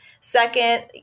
Second